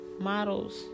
Models